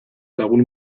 lagun